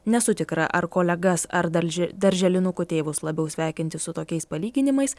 nesu tikra ar kolegas ar darže darželinukų tėvus labiau sveikinti su tokiais palyginimais